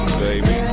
baby